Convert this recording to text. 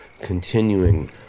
continuing